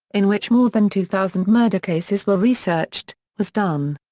in which more than two thousand murder cases were researched, was done.